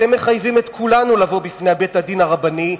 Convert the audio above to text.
אתם מחייבים את כולנו לבוא בפני בית-הדין הרבני,